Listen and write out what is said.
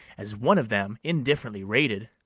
as one of them, indifferently rated,